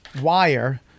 wire